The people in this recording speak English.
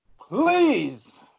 please